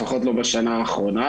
לפחות לא בשנה האחרונה,